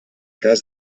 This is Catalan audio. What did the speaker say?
cas